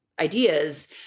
ideas